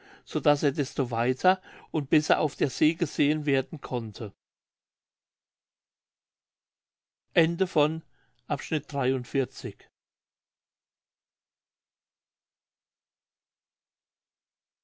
daß er desto weiter und besser auf der see gesehen werden konnte